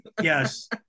Yes